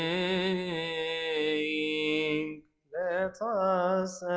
a ah